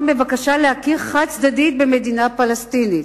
בבקשה להכיר חד-צדדית במדינה פלסטינית?